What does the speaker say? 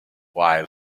while